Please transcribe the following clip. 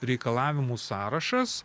reikalavimų sąrašas